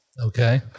okay